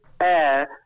air